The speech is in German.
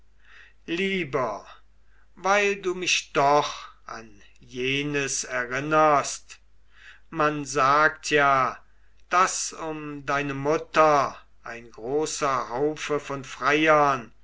lieber weil du mich doch an jenes erinnerst man sagt ja daß um deine mutter ein großer haufe von freiern